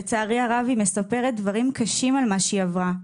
לצערי הרב, היא מספרת דברים קשים על מה שהיא עברה.